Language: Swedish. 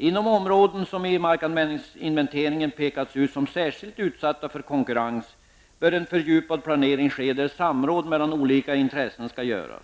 Inom områden som i markanvändningsinventeringen har pekats ut som särskilt utsatta för konkurrens bör en fördjupad planering ske, där samråd mellan olika intressen skall göras.